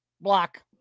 Block